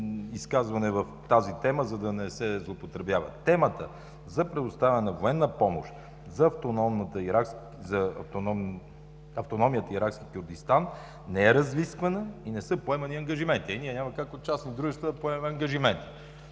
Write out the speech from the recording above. изказване в тази тема, за да не се злоупотребява. Темата за предоставяне на военна помощ на автономния Иракски Кюрдистан не е разисквана, не са поемани ангажименти, ние няма как да участваме и да поемаме ангажименти.